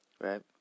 right